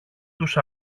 τους